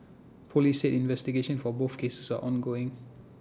Police said investigations for both cases are ongoing